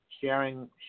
sharing